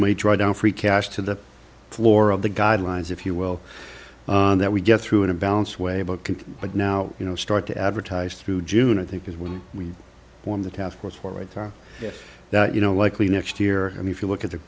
may draw down free cash to the floor of the guidelines if you will that we get through in a balanced way book by now you know start to advertise through june i think is when we form the task force for a time that you know likely next year i mean if you look at the